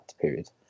period